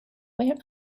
where